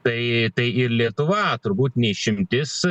tai tai ir lietuva turbūt ne išimtis